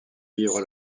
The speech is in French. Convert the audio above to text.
vivre